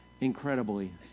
incredibly